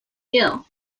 gill